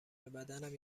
بدنم